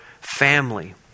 family